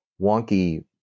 wonky